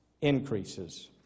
increases